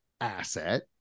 asset